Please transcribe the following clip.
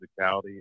physicality